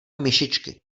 myšičky